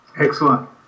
Excellent